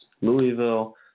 Louisville